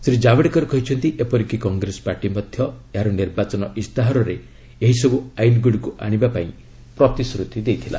ଶ୍ରୀ କାବଡେକର କହିଛନ୍ତି ଏପରିକି କଂଗ୍ରେସ ପାର୍ଟି ମଧ୍ୟ ଏହାର ନିର୍ବାଚନ ଇସ୍ତାହାରରେ ଏହିସବୁ ଆଇନ୍ଗୁଡ଼ିକୁ ଆଣିବା ପାଇଁ ପ୍ରତିଶ୍ରୁତି ଦେଇଥିଲା